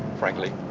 frankly!